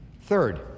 Third